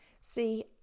See